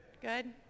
Good